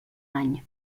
any